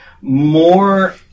more